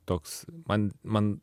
toks man man